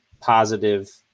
positive